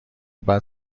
بعد